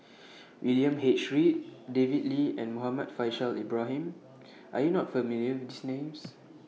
William H Read David Lee and Muhammad Faishal Ibrahim Are YOU not familiar with These Names